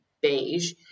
beige